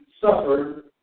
suffered